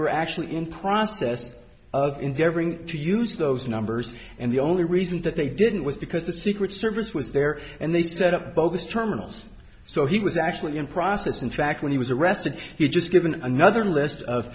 were actually in process of endeavoring to use those numbers and the only reason that they didn't was because the secret service was there and they set up bogus terminals so he was actually in process in fact when he was arrested he just given another list of